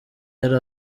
yari